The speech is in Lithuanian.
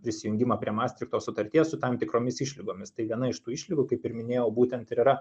prisijungimą prie mastrichto sutarties su tam tikromis išlygomis tai viena iš tų išlygų kaip ir minėjau būtent ir yra